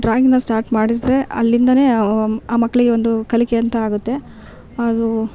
ಡ್ರಾಯಿಂಗನ್ನ start ಮಾಡಿದರೆ ಅಲ್ಲಿಂದಲೇ ಆ ಮಕ್ಕಳಿಗೆ ಒಂದು ಕಲಿಕೆ ಅಂತ ಆಗುತ್ತೆ ಅದು